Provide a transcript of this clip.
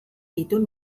itun